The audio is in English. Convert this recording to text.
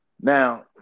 Now